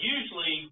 Usually